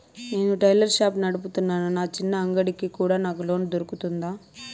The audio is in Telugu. నేను టైలర్ షాప్ నడుపుతున్నాను, నా చిన్న అంగడి కి కూడా నాకు లోను దొరుకుతుందా?